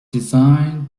designed